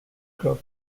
grow